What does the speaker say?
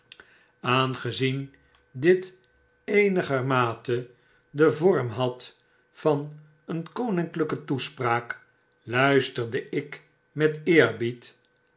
aangezien dit eenigermate den vorm had van een koninklijke toespraak luisterde ikmeteerbied